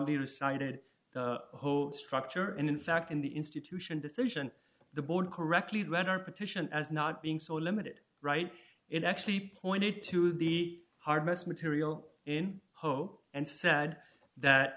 recited the whole structure and in fact in the institution decision the board correctly read our petition as not being so limited right it actually pointed to the harvest material in hope and said that